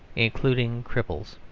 including cripples.